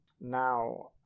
now